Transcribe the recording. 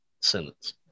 sentence